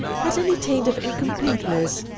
had any taint of incompleteness.